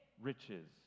riches